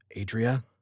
Adria